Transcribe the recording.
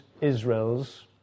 Israel's